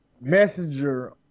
Messenger